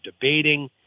debating